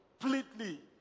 completely